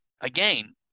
again